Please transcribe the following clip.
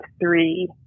three